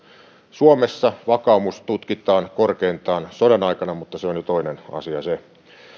suomessa vakaumus tutkitaan korkeintaan sodan aikana mutta se on jo toinen asia se